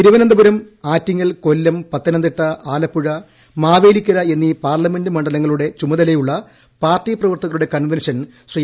തിരുവനന്തപുരം ആറ്റിങ്ങൽ കൊല്ലം പത്തനംതിട്ട ആലപ്പുഴ മാവേലിക്കര എന്നീ പാർലമെന്റ് മണ്ഡലങ്ങളുടെ ചുമതലയുള്ള പാർട്ടി പ്രവർത്തകരുടെ കൺവെൻഷൻ ശ്രീ